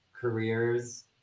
careers